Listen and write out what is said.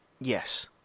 Yes